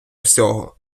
всього